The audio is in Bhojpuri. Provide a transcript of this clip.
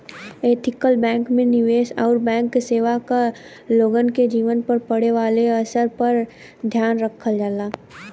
ऐथिकल बैंक में निवेश आउर बैंक सेवा क लोगन के जीवन पर पड़े वाले असर पर ध्यान रखल जाला